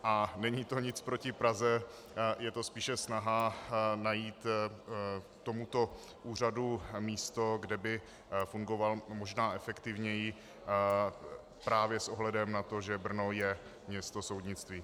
A není to nic proti Praze, je to spíše snaha najít tomuto úřadu místo, kde by fungoval možná efektivněji právě s ohledem na to, že Brno je město soudnictví.